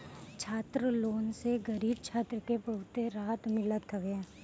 छात्र लोन से गरीब छात्र के बहुते रहत मिलत हवे